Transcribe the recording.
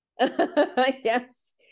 Yes